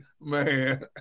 man